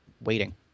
waiting